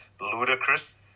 ludicrous